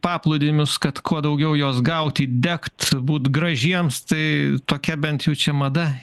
paplūdimius kad kuo daugiau jos gaut įdegt būt gražiems tai tokia bent jau čia mada